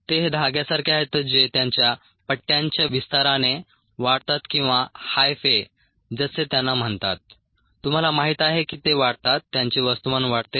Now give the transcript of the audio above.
ते हे धाग्यासारखे आहेत जे त्यांच्या पट्ट्यांच्या विस्ताराने वाढतात किंवा हायफे जसे त्यांना म्हणतात तुम्हाला माहिती आहे की ते वाढतात त्यांचे वस्तुमान वाढते